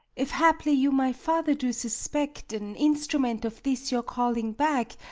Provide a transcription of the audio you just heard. if haply you my father do suspect an instrument of this your calling back,